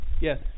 Yes